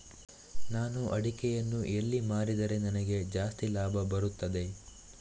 ನಾನು ಅಡಿಕೆಯನ್ನು ಎಲ್ಲಿ ಮಾರಿದರೆ ನನಗೆ ಜಾಸ್ತಿ ಲಾಭ ಬರುತ್ತದೆ?